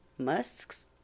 musks